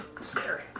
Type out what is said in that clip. Scary